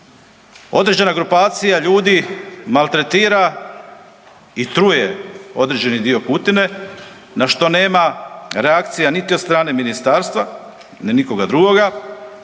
Određena grupacija ljudi maltretira i truje određeni dio Kutine na što nema reakcija niti od strane ministarstva i nikoga drugoga,